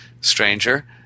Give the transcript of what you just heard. stranger